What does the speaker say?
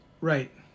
Right